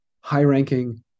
high-ranking